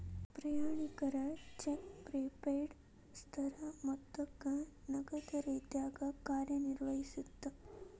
ಪ್ರಯಾಣಿಕರ cheque prepaid ಸ್ಥಿರ ಮೊತ್ತಕ್ಕ ನಗದ ರೇತ್ಯಾಗ ಕಾರ್ಯನಿರ್ವಹಿಸತ್ತ